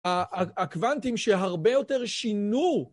הקוואנטים שהרבה יותר שינו